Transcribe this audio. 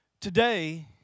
Today